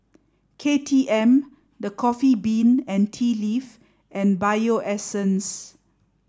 K T M The Coffee Bean and Tea Leaf and Bio Essence